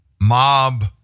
Mob